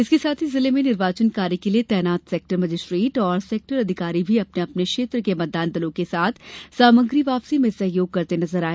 इकसे साथ ही जिले में निर्वाचन कार्य हेतु तैनात सेक्टर मजिस्ट्रेट तथा सेक्टर अधिकारी भी अपने अपने क्षेत्र के मतदान दलों के साथ सामग्री वापसी में सहयोग करते नजर आए